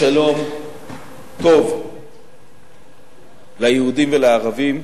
השלום טוב ליהודים ולערבים,